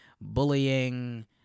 Bullying